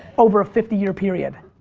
over a fifty year period,